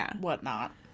whatnot